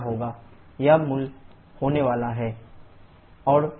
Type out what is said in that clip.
यह मूल्य होने वाला है h1